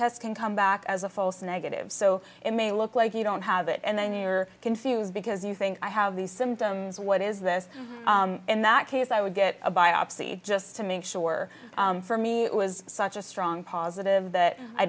test can come back as a false negative so it may look like you don't have it and then you are confused because you think i have these symptoms what is this in that case i would get a biopsy just to make sure for me it was such a strong positive that i